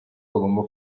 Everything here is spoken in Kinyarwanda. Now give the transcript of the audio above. bagomba